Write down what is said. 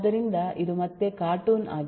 ಆದ್ದರಿಂದ ಇದು ಮತ್ತೆ ಕಾರ್ಟೂನ್ ಆಗಿದೆ